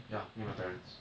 ya me and my parents